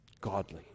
godly